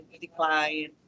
decline